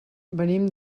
venim